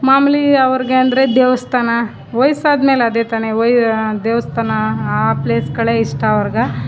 ಮಾಮೂಲಿ ಅವ್ರಿಗೆ ಅಂದರೆ ದೇವಸ್ಥಾನ ವಯಸ್ಸಾದಮೇಲೆ ಅದೇ ತಾನೇ ವಯ್ ದೇವಸ್ಥಾನ ಆ ಪ್ಲೇಸುಗಳೇ ಇಷ್ಟ ಅವ್ರಿಗೆ